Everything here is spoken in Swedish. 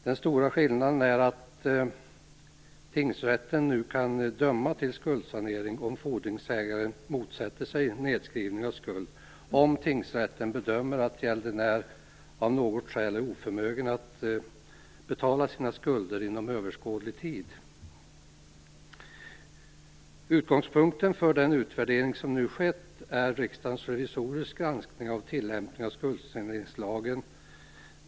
Den stora skillnaden är att tingsrätten nu kan döma till skuldsanering om fordringsägare motsätter sig nedskrivning av skuld om tingsrätten bedömer att gäldenär av något skäl är oförmögen att betala sina skulder inom överskådlig tid. Utgångspunkten för den utvärdering som nu skett är Riksdagens revisorers granskning av tillämpningen av skuldsaneringslagen.